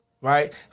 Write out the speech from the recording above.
right